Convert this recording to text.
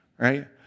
right